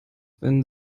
wenn